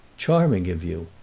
charming of you.